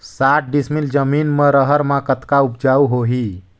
साठ डिसमिल जमीन म रहर म कतका उपजाऊ होही?